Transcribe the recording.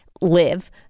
live